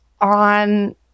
on